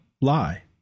lie